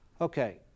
Okay